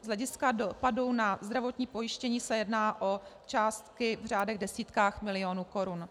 Z hlediska dopadu na zdravotní pojištění se jedná o částky v řádech desítek milionů korun.